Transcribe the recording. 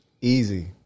Easy